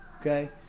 Okay